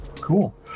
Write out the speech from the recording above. Cool